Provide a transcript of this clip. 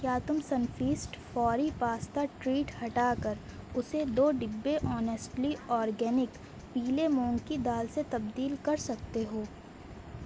کیا تم سنفیسٹ فوری پاستا ٹریٹ ہٹا کر اسے دو ڈبے اونیسٹلی اورگینک پیلے مونگ کی دال سے تبدیل کر سکتے ہو